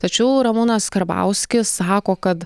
tačiau ramūnas karbauskis sako kad